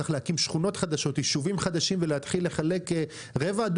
צריך להקים שכונות ויישובים חדשים ולהתחיל לחלק רבע,